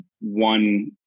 one